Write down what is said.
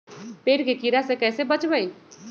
पेड़ के कीड़ा से कैसे बचबई?